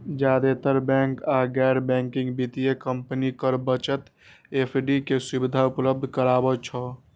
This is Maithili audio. जादेतर बैंक आ गैर बैंकिंग वित्तीय कंपनी कर बचत एफ.डी के सुविधा उपलब्ध कराबै छै